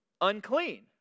unclean